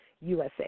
USA